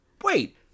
wait